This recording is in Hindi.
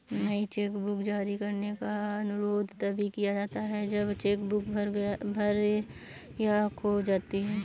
नई चेकबुक जारी करने का अनुरोध तभी किया जाता है जब चेक बुक भर या खो जाती है